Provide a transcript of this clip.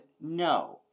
no